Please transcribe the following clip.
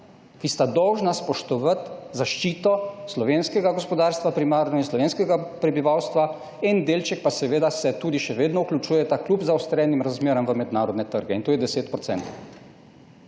ki sta dolžna spoštovati zaščito primarno slovenskega gospodarstva in slovenskega prebivalstva. Z enim delčkom pa se tudi še vedno vključujeta kljub zaostrenim razmeram v mednarodne trge. In to je 10